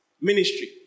ministry